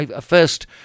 first